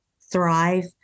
thrive